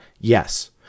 Yes